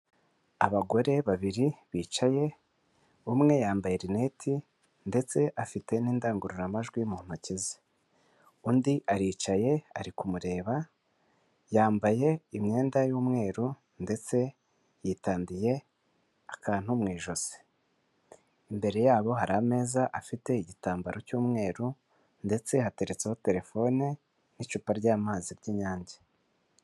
Abagore babiri bicaye umwe yambaye rineti ndetse afite n'indangururamajwi mu ntoki ze, undi aricaye ari kumureba yambaye imyenda y'umweru ndetse yitandiye akantu mu ijosi, imbere yabo hari ameza afite igitambaro cy'umweru ndetse hateretseho telefone n'icupa ry'amazi ry'inyange.